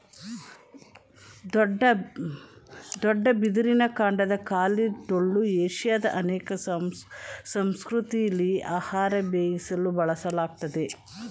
ದೊಡ್ಡ ಬಿದಿರಿನ ಕಾಂಡದ ಖಾಲಿ ಟೊಳ್ಳು ಏಷ್ಯಾದ ಅನೇಕ ಸಂಸ್ಕೃತಿಲಿ ಆಹಾರ ಬೇಯಿಸಲು ಬಳಸಲಾಗ್ತದೆ